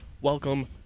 welcome